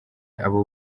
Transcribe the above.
abo